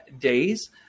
days